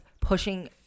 pushing